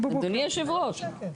כן,